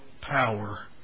power